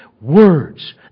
words